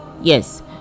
Yes